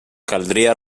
caldria